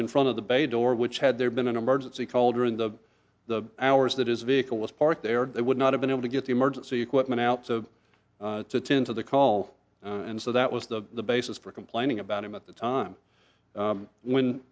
in front of the baby door which had there been an emergency call during the the hours that his vehicle was parked there that would not have been able to get the emergency equipment out to tend to the calls and so that was the basis for complaining about him at the time when